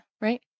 right